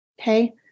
Okay